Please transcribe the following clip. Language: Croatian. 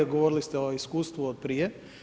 Govorili ste o iskustvu od prije.